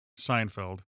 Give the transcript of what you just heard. Seinfeld